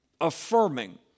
affirming